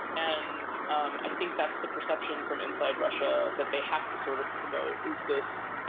and um i think that's the perception from inside russia that they have to sort of promote is this.